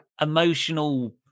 emotional